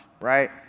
right